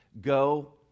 go